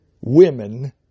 women